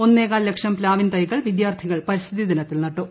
ഒന്നേകാൽ ലക്ഷം പ്താവിൻ തൈകൾ വിദ്യാർത്ഥികൾ പരിസ്ഥിതി ദിനത്തിൽ നട്ടു